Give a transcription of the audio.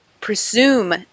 presume